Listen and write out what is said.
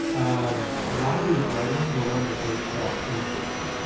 um, a lot of these red ones were ones that didn't show up in facebook.